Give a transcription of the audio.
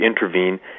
intervene